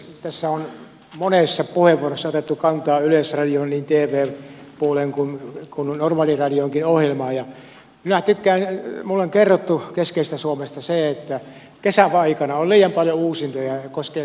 tässä on monessa puheenvuorossa otettu kantaa niin yleisradion tv puoleen kuin normaaliradionkin ohjelmaan ja minulle on kerrottu keskisestä suomesta että kesäaikana on liian paljon uusintoja ja se koskee kaikkia ikäluokkia